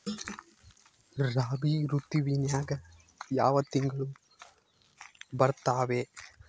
ರಾಬಿ ಋತುವಿನ್ಯಾಗ ಯಾವ ತಿಂಗಳು ಬರ್ತಾವೆ?